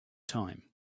time